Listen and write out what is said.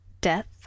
Death